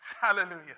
Hallelujah